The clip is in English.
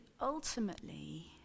ultimately